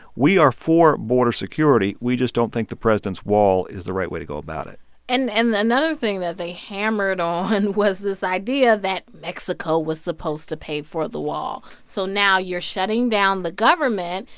we are for border security. we just don't think the president's wall is the right way to go about it and and another thing that they hammered on and was this idea that mexico was supposed to pay for the wall. so now you're shutting down the government.